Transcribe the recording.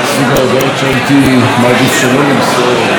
סוג ההודעות שהייתי מעדיף שלא למסור,